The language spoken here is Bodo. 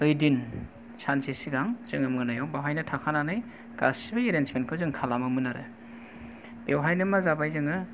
बे दिनखालि सानसे सिगां जोङो मोनायाव बाहायनो थाखानानै गासिबो एरेन्जमेन्ट खौ जों खालामो मोन आरो बेवहायनो मा जाबाय जोङो